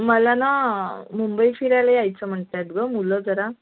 मला ना मुंबई फिरायला यायचं म्हणत आहेत गं मुलं जरा